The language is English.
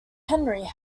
henry